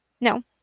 No